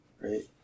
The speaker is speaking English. Right